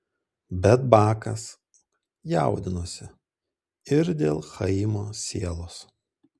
bet bakas jaudinosi ir dėl chaimo sielos